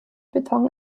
beton